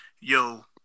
Yo